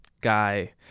guy